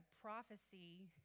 prophecy